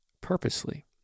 purposely